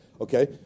Okay